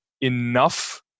enough